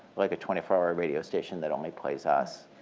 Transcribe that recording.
like a twenty four hour radio station that only plays us,